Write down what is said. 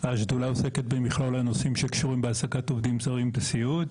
השדולה עוסקת במכלול הנושאים שקשורים בהעסקת עובדים זרים בסיעוד.